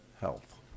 health